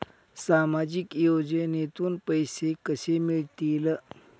सामाजिक योजनेतून पैसे कसे मिळतील?